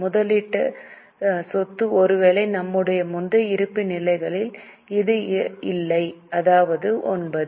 முதலீட்டுச் சொத்து ஒருவேளை நம்முடைய முந்தைய இருப்புநிலைகளில் இது இல்லை அதாவது 9